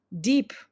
deep